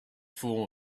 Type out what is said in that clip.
form